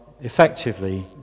effectively